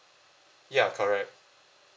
ya correct